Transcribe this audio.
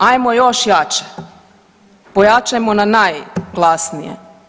Ajmo još jače, pojačajmo na najglasnije.